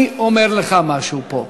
אני אומר לך משהו פה,